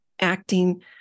acting